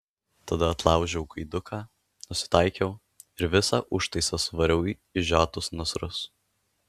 tada atlaužiau gaiduką nusitaikiau ir visą užtaisą suvariau į išžiotus nasrus